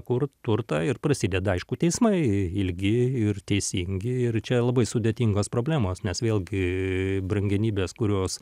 kur turtą ir prasideda aišku teismai ilgi ir teisingi ir čia labai sudėtingos problemos nes vėlgi brangenybės kurios